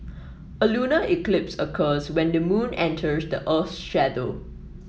a lunar eclipse occurs when the moon enters the earth's shadow